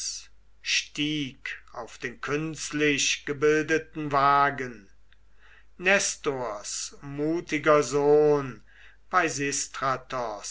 stieg auf den künstlichgebildeten wagen nestors mutiger sohn